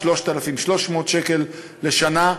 3,300 שקל לשנה,